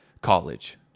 college